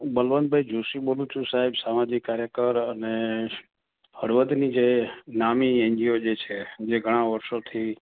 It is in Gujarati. હું બળવંત ભાઈ જોષી બોલું છું સાહેબ સામાજીક કાર્યકર અને હળવદની જે નામી એન જી ઓ જે છે જે ઘણા વર્ષોથી